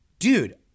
dude